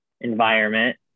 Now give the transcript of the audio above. environment